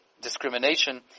discrimination